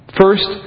first